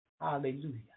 Hallelujah